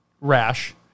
rash